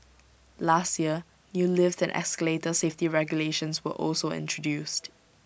last year new lift and escalator safety regulations were also introduced